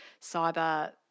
cyber